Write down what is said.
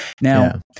now